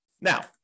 Now